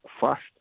fast